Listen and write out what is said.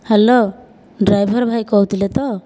hello driver ଭାଇ କହୁଥିଲେ ତ